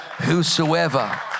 Whosoever